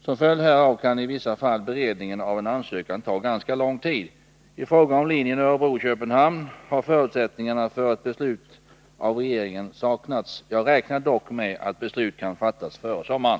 Som följd härav kan i vissa fall beredningen av en ansökan ta ganska lång tid. I fråga om linjen Örebro-Köpenhamn har förutsättningarna för ett beslut av regeringen saknats. Jag räknar dock med att beslut kan fattas före sommaren.